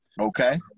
Okay